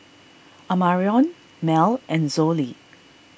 Amarion Mel and Zollie